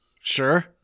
Sure